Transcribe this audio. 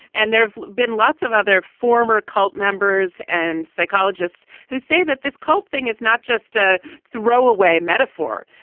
and there have been lots of other former cult members and psychologists who say that this cult thing is not just a throw away metaphor.